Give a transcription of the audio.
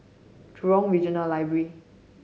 Jurong Regional Library